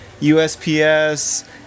USPS